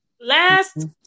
Last